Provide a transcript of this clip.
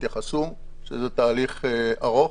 שזה תהליך ארוך.